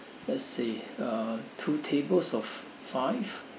let's say uh two tables of five